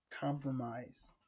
compromise